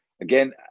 Again